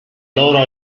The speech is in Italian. loro